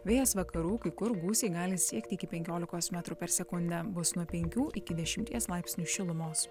vėjas vakarų kai kur gūsiai gali siekti iki penkiolikos metrų per sekundę bus nuo penkių iki dešimties laipsnių šilumos